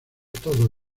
todo